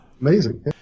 Amazing